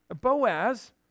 Boaz